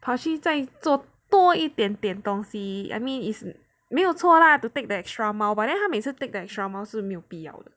跑去在做多一点点东西 I mean is 没有错 lah to take the extra mile but then 他每次 take the extra mile 是没有必要的